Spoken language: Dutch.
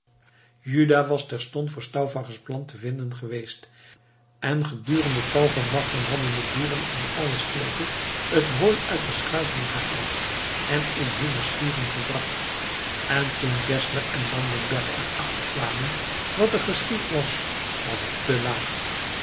juda was terstond voor stauffachers plan te vinden geweest en gedurende tal van nachten hadden de boeren in alle stilte het hooi uit de schuiten gehaald en in hunne schuren gebracht en toen geszler en landenberg er achter kwamen wat er geschied was was het te laat